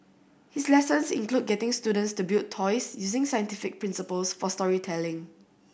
his lessons include getting students to build toys using scientific principles for storytelling